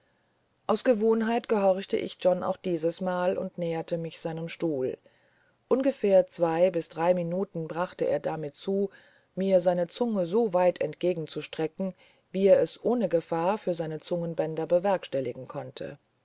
aus gewohnheit gehorchte ich john auch dieses mal und näherte mich seinem stuhl ungefähr zwei bis drei minuten brachte er damit zu mir seine zunge so weit entgegenzustrecken wie er es ohne gefahr für seine zungenbänder bewerkstelligen konnte